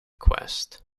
quest